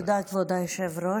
תודה, כבוד היושב-ראש.